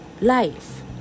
life